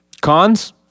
Cons